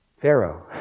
Pharaoh